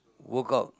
work out